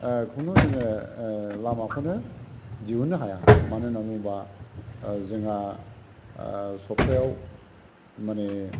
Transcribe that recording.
कुनु जोङो लामाखौनो दिहुननो हाया मानो होनना बुङोबा जोंहा सप्तायाव माने